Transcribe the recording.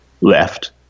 left